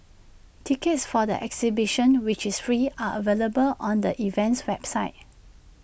tickets for the exhibition which is free are available on the event's website